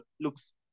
looks